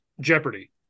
Jeopardy